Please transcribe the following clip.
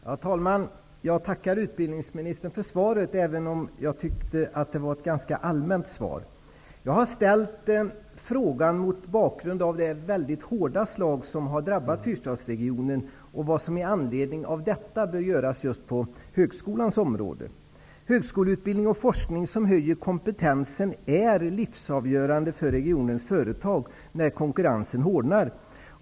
Herr talman! Jag tackar utbildningsministern för svaret, även om jag tycker att det är ett ganska allmänt svar. Jag ställde frågan mot bakgrund av det mycket hårda slag som har drabbat Fyrstadsregionen och vad som i anledning av detta bör göras just på högskolans område. Högskoleutbildning och forskning som höjer kompetensen är livsavgörande för regionens företag när konkurrensen hårdnar.